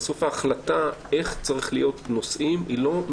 בסוף ההחלטה איך צריך להיות לא מסורה